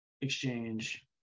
exchange